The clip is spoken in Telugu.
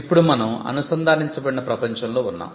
ఇప్పుడు మనం అనుసంధానించబడిన ప్రపంచంలో ఉన్నాం